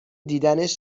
دیدنش